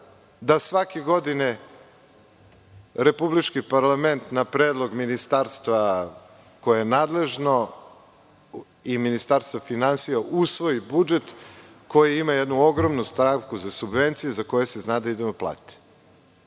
da svake godine republički parlament na predlog ministarstva koje je nadležno i Ministarstva finansija usvoji budžet, koji ima jednu ogromnu stavku za subvencije za koje se zna da idu na plate.